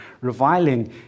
Reviling